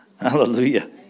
Hallelujah